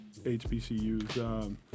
HBCUs